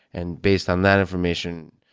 and based on that information,